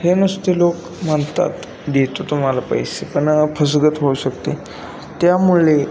हे नुसते लोक म्हणतात देतो तुम्हाला पैसे पण फसगत होऊ शकते त्यामुळे